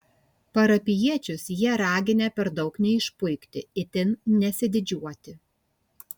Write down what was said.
parapijiečius jie raginę per daug neišpuikti itin nesididžiuoti